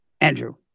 Andrew